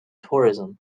tourism